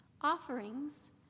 Offerings